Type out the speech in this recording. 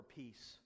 peace